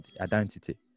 identity